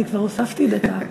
אני כבר הוספתי דקה.